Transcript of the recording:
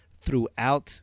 throughout